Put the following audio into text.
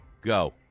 Go